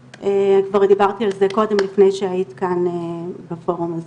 כבר דיברתי על זה קודם לפני שהיית כאן בפורום הזה.